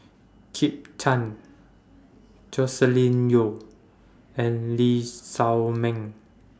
Kit Chan Joscelin Yeo and Lee Shao Meng